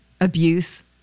abuse